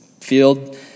field